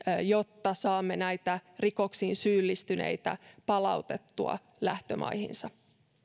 jotta saamme näitä rikoksiin syyllistyneitä palautettua lähtömaihinsa